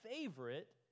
favorite